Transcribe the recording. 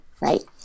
Right